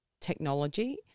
technology